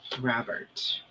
Robert